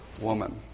woman